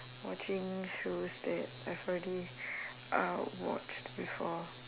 watching shows that I've already uh watched before